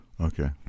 Okay